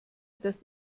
das